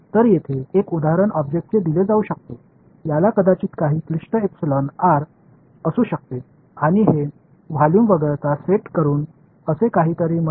எனவே ஒரு எடுத்துக்காட்டு உங்களுக்கு இங்கே கொடுக்கக்கூடிய பொருள் இது மிகவும் சிக்கலான எப்சிலனை r கொண்டிருக்கக்கூடும் மேலும் இந்த தொகுதியைத் தவிர்ப்பதன் மூலம் இதுபோன்ற ஒன்றைச் செய்வதன் மூலம் நான் இதைச் சமாளிக்க வேண்டியதில்லை